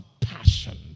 passion